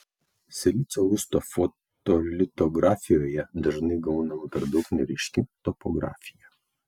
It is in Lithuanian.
silicio lusto fotolitografijoje dažnai gaunama per daug neryški topografija